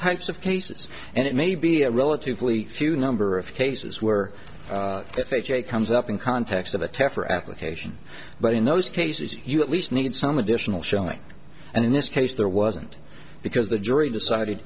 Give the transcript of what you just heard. types of cases and it may be a relatively few number of cases where it comes up in context of a test for application but in those cases you at least need some additional showing and in this case there wasn't because the jury decided